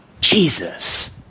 Jesus